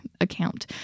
account